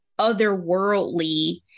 otherworldly